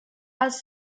els